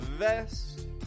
Vest